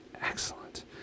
Excellent